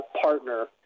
partner